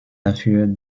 dafür